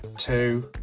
two,